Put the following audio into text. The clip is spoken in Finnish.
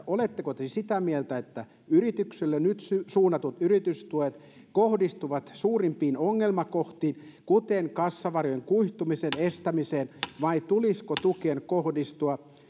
oletteko te sitä mieltä että yrityksille nyt suunnatut yritystuet kohdistuvat suurimpiin ongelmakohtiin kuten kassavarojen kuihtumisen estämiseen vai tulisiko tukien kohdistusta